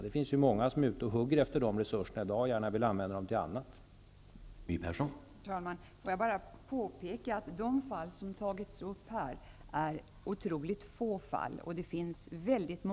Det finns många som i dag är ute och hugger efter de resurserna och gärna vill använda dem till någonting annat.